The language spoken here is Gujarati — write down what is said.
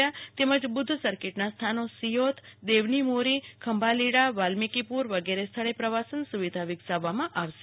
ની તેમજ બુધ્ધ સર્કિટના સ્થાનો સિયોત દેવની મોરી ખંભાલીડા વાલ્મિકીપુર્ વગેરે સ્થળે પ્રવાસન સુવિધા વિકસાવવામાં આવશે